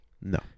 No